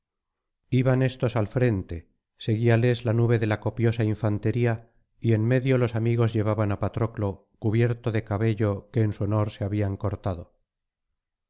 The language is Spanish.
iban éstos al frente seguíales la nube de la copiosa infantería y en medio los amigos llevaban á patroclo cubierto de cabello que en su honor se habían cortado